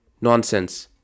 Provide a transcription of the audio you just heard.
nonsense